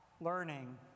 learning